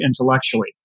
intellectually